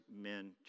men